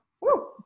Woo